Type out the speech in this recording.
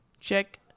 Check